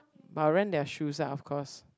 but rent their shoes ah of course